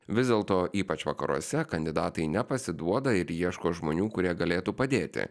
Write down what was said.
vis dėlto ypač vakaruose kandidatai nepasiduoda ir ieško žmonių kurie galėtų padėti